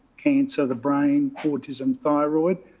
cancer, the brain for autism thyroid,